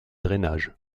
drainage